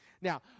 Now